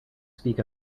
speak